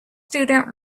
student